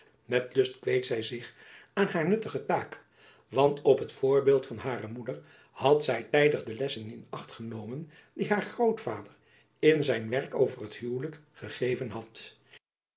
lust kweet zy zich van haar nuttige taak want op het voorbeeld van hare jacob van lennep elizabeth musch moeder had zy tijdig de lessen in acht genomen die haar grootvader in zijn werk over t houwelijck gegeven had